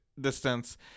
distance